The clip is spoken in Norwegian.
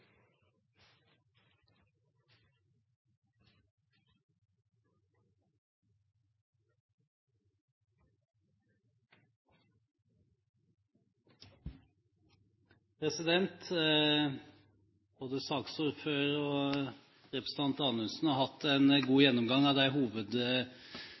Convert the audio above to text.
Både saksordføreren og representanten Anundsen har hatt en god